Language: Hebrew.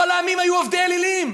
כל העמים היו עובדי אלילים.